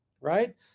right